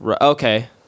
Okay